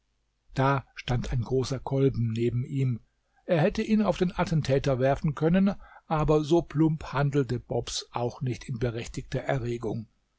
da stand ein großer kolben neben ihm er hätte ihn auf den attentäter werfen können aber so plump handelte bobs auch nicht in berechtigter erregung